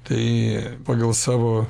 tai pagal savo